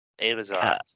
Amazon